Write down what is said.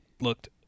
looked